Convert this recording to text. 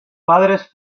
padres